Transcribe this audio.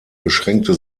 beschränkte